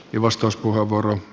arvoisa puhemies